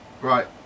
right